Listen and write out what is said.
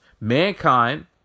Mankind